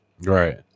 Right